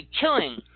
killing